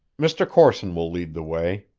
mr. corson will lead the way.